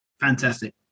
Fantastic